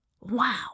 Wow